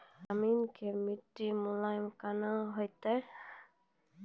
जमीन के मिट्टी मुलायम केना होतै?